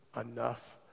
enough